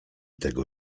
tego